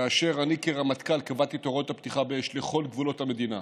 כאשר אני כרמטכ"ל קבעתי את הוראות הפתיחה באש לכל גבולות המדינה,